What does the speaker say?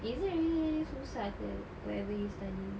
is it really susah ke whatever you studying